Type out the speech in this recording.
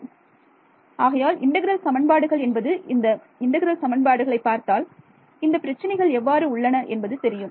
மாணவர் ஆகையால் இன்டெக்ரல் சமன்பாடுகள் என்பது இந்த இன்டெக்ரல் சமன்பாடுகளை பார்த்தால் இந்தப் பிரச்சினைகள் எவ்வாறு உள்ளன என்பது தெரியும்